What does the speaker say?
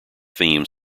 theme